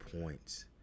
points